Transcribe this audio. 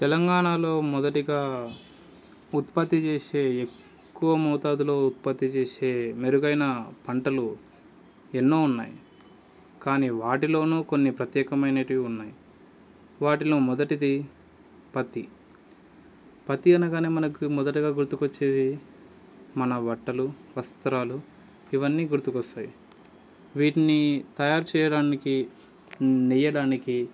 తెలంగాణాలో మొదటిగా ఉత్పత్తి చేసే ఎక్కువ మోతాదులో ఉత్పత్తి చేసే మెరుగైన పంటలు ఎన్నో ఉన్నాయి కాని వాటిలోనూ కొన్ని ప్రత్యేకమైనటవి ఉన్నాయి వాటిలో మొదటిది పత్తి పత్తి అనగానే మనకు మొదటగా గుర్తుకొచ్చేది మన బట్టలు వస్త్రాలు ఇవన్నీ గుర్తుకొస్తాయి వీటిని తయారు చేయడానికి నెయ్యడానికి